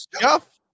Jeff